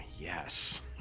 yes